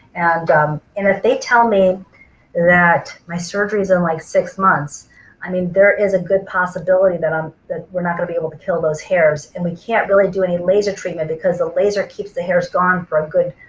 and um and if they tell me that my surgery is in like six months i mean there is a good possibility that um that we're not gonna be able to kill those hairs. and we can't really do any laser treatment because the laser keeps the hairs gone for a good